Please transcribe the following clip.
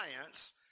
science